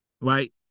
Right